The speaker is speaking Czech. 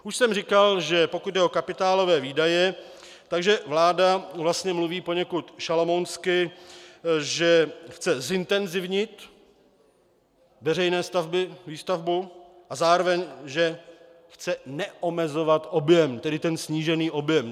Už jsem říkal, že pokud jde o kapitálové výdaje, vláda vlastně mluví poněkud šalamounsky, že chce zintenzivnit veřejné stavby, výstavbu a zároveň že chce neomezovat objem, tedy ten snížený objem.